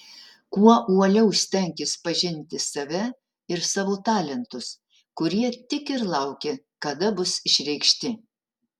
kuo uoliau stenkis pažinti save ir savo talentus kurie tik ir laukia kada bus išreikšti